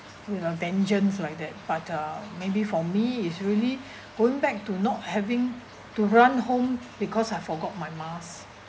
with a vengeance like that but uh maybe for me is really going back to not having to run home because I forgot my mask